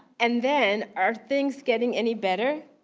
and then, are things getting any better?